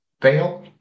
fail